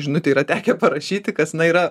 žinutė yra tekę parašyti kas na yra